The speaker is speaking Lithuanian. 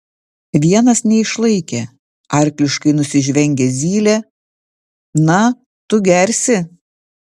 vienas neišlaikė arkliškai nusižvengė zylė na tu gersi